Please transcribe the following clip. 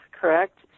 correct